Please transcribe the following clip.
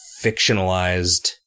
fictionalized